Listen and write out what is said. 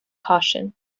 caution